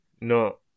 No